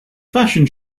fashion